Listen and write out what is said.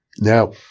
Now